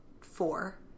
four